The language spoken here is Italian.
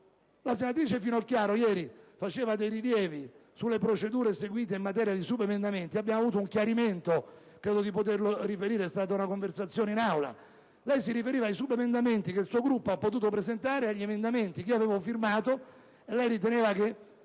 la senatrice Finocchiaro ha sollevato alcuni rilievi sulle procedure seguite in materia di subemendamenti. Abbiamo avuto un chiarimento - credo di poterlo riferire - in occasione di una conversazione in Aula: lei si riferiva ai subemendamenti che il suo Gruppo ha potuto presentare agli emendamenti che io avevo firmato e riteneva che